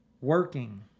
working